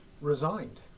resigned